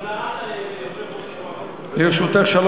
לרשותך שלוש דקות.